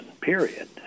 period